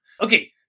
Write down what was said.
okay